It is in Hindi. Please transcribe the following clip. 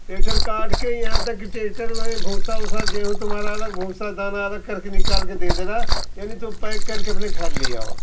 ट्रैक्टर काट के यहाँ तक कि ट्रैक्टर में भूसा वूसा गेहूँ तुम्हारा अलग भूसा के दाना अलग करके निकाल के दे देगा यानी तुम पैक करके अपने घर ले आओ